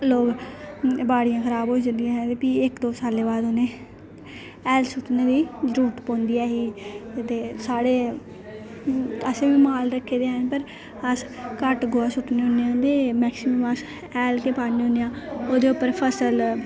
लोग बाड़ियां खराब होई जंदियां हियां ते भी इक दो सालें बाद उ'नें हैल सुट्टने दी जरूरत पौंदी ऐ ही ते साढे असें बी माल रक्खे दे हैन पर अस घट्ट गोहा सुट्टने होन्ने आं ते मैक्सीमम अस हैल गै पान्ने होन्ने आं ओह्दे उप्पर फसल